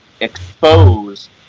expose